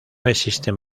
existen